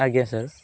ଆଜ୍ଞା ସାର୍